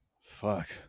Fuck